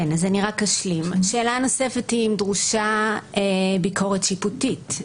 שאלה נוספת היא האם דרושה ביקורת שיפוטית.